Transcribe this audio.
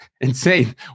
insane